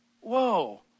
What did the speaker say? whoa